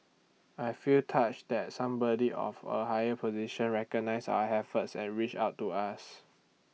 I feel touched that somebody of A higher position recognised our efforts and reached out to us